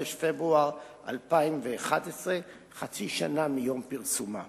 בחודש פברואר 2011, חצי שנה מיום פרסומה.